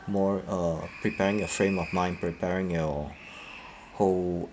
more uh preparing your frame of mind preparing your whole